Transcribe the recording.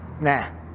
Nah